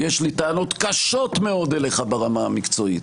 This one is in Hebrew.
יש לי טענות קשות מאוד אליך ברמה המקצועית.